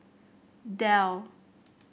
Dell